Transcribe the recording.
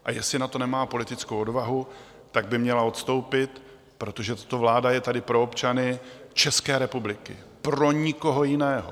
A jestli na to nemá politickou odvahu, tak by měla odstoupit, protože tato vláda je tady pro občany České republiky, pro nikoho jiného.